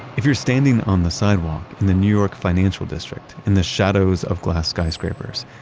if you're standing on the sidewalk in the new york financial district, in the shadows of glass skyscrapers,